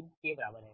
के बराबर है